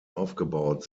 aufgebaut